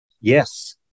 Yes